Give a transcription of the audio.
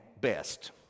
Best